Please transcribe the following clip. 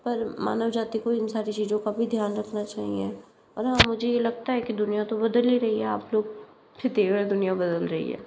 पर मानव जाति को इन सारी चीज़ों का भी ध्यान रखना चाहिए और हाँ मुझे ये लगता है कि दुनिया तो बदल ही रही है आप लोग तेरा दुनिया बदल रही है